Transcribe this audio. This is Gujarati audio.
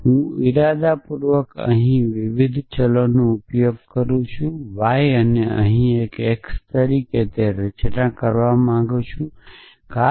હું ઇરાદાપૂર્વક અહીં વિવિધ ચલનો ઉપયોગ કરું છું y અને અહીં એક x અહીં તે કરવા માટે રચના કરવી જરૂરી નથી